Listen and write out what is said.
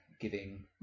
giving